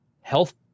health